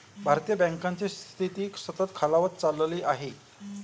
भारतीय बँकांची स्थिती सतत खालावत चालली आहे